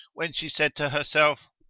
when she said to herself,